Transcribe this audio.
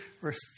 verse